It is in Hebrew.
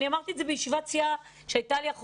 אני אמרתי את זה בישיבת סיעה אחרונה שהייתה לנו.